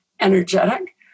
energetic